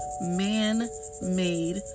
man-made